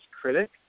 critic